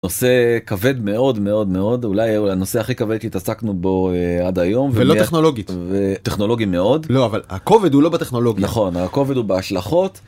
נושא כבד מאוד מאוד מאוד, אולי הוא הנושא הכי כבד שהתעסקנו בו עד היום. ולא טכנולוגית. ו... טכנולוגי מאוד. לא, אבל הכובד הוא לא בטכנולוגיה. נכון, הכובד הוא בהשלכות.